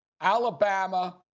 Alabama